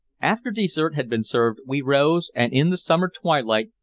after dessert had been served we rose, and in the summer twilight,